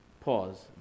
pause